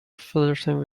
flirting